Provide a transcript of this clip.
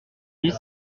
dix